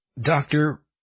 Doctor